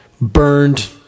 burned